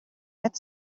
мэт